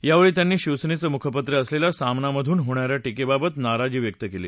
यावेळी त्यांनी शिवसेनेचं मुखपत्र असलेल्या सामनामधून होणा या टीकेबाबत नाराजी व्यक्त केली